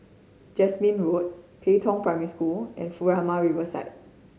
Jasmine Road Pei Tong Primary School and Furama Riverfront